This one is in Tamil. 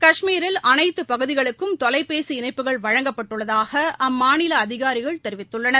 கஷ்மீரில் அனைத்துபகுதிகளுக்கும் தொலைபேசி இணைப்புகள்வழங்கப்பட்டுள்ளதாகஅம்மாநிலஅதிகாரிகள் தெரிவித்துள்ளனர்